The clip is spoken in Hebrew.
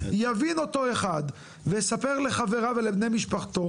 יבין אותו אחד ויספר לחבריו ולבני משפחתו